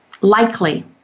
likely